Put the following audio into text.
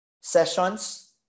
sessions